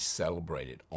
celebrated